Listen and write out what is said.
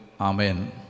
Amen